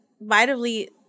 vitally